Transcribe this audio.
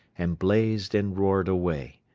and blazed and roared away.